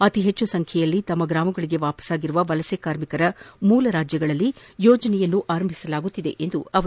ಅತಿ ಹೆಚ್ಚು ಸಂಚ್ಕೆಯಲ್ಲಿ ತಮ್ಮ ಗ್ರಾಮಗಳಿಗೆ ವಾಪಸ್ಗಾಗಿರುವ ವಲಸೆ ಕಾರ್ಮಿಕರ ಮೂಲ ರಾಜ್ಯಗಳಲ್ಲಿ ಯೋಜನೆಯನ್ನು ಆರಂಭಿಸಲಾಗುತ್ತಿದೆ ಎಂದರು